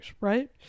right